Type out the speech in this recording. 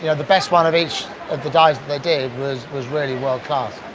yeah the best one of each of the dives that they did was was really world-class.